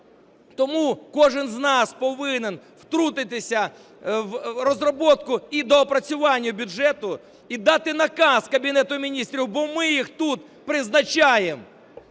Тому кожен з нас повинен втрутитися в розробку і доопрацювання бюджету і дати наказ Кабінету Міністрів, бо ми їх тут призначаємо.